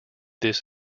this